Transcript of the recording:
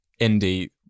indie